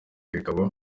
bikaba